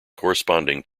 corresponding